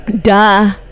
duh